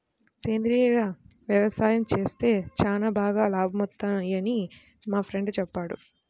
సేంద్రియ యవసాయం చేత్తే చానా బాగా లాభాలొత్తన్నయ్యని మా ఫ్రెండు చెప్పాడు